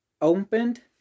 opened